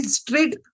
straight